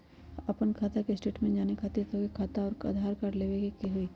आपन खाता के स्टेटमेंट जाने खातिर तोहके खाता अऊर आधार कार्ड लबे के होइ?